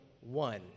one